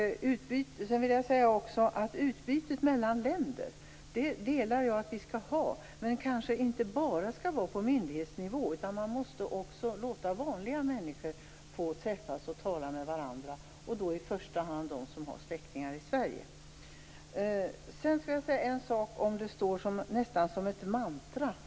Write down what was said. Utbytet mellan länder skall vi ha. Den uppfattningen delar jag alltså. Men det skall inte bara ske på myndighetsnivå. Man måste också låta vanliga människor få träffas och tala med varandra. I första hand gäller det då de som har släktingar i Sverige. Det är nästan som ett mantra.